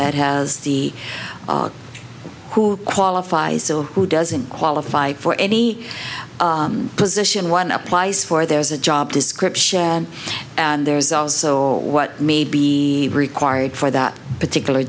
that has the who qualifies who doesn't qualify for any position one applies for there's a job description and there's also what may be required for that particular